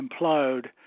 implode